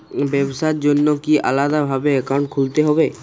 ব্যাবসার জন্য কি আলাদা ভাবে অ্যাকাউন্ট খুলতে হবে?